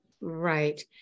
Right